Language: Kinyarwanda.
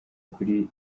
kuri